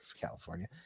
California